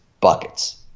buckets